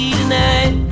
tonight